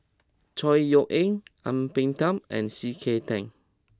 Chor Yeok Eng Ang Peng Tiam and C K Tang